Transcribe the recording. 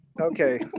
Okay